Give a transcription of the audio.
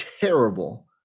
terrible